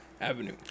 avenue